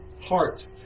heart